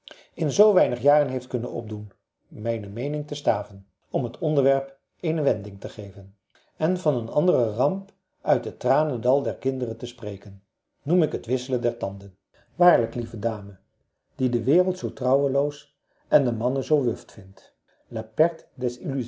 in zoo weinig jaren heeft kunnen opdoen mijne meening te staven om het onderwerp eene wending te geven en van een andere ramp uit het tranendal der kinderen te spreken noem ik het wisselen der tanden waarlijk lieve dame die de wereld zoo trouweloos en de mannen zoo wuft vindt la perte des